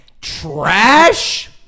Trash